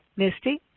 misty?